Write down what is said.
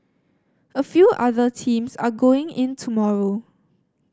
a few other teams are going in tomorrow